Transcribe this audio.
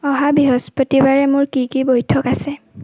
অহা বৃহস্পতিবাৰে মোৰ কি কি বৈঠক আছে